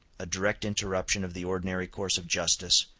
a direct interruption of the ordinary course of justice,